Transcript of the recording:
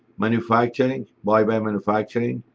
manufacturing, buy by manufacturing.